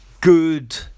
good